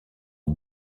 aux